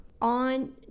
on